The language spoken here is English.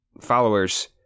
followers